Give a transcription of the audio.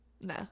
Nah